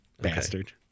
bastard